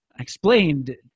explained